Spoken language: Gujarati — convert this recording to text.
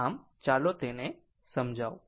આમ ચાલો તેને સમજાવું